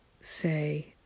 say